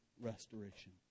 restoration